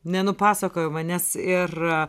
nenupasakoja nes ir